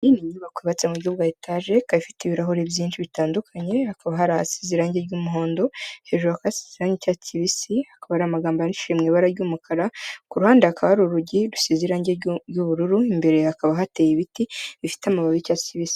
Iyi n’inyubako yubatse mu buryo bwa etage, ikaba ifite ibirahuri byinshi bitandukanye, hakaba har’ahasize irangi ry'umuhondo, hejuru hakaba hasize irangi ry’icyatsi kibisi, hakaba har’amagambo yandikishije mw’ibara ry'umukara, ku ruhande hakaba har’urugi rusize irangi ry'ubururu, imbere hakaba hateye ibiti bifite amababi y’icyatsi kibisi.